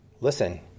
listen